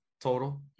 total